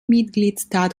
mitgliedstaat